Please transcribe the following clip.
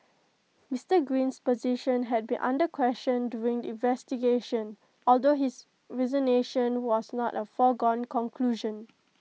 Mister Green's position had been under question during the investigation although his resignation was not A foregone conclusion